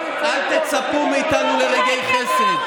מאיפה באה החוצפה?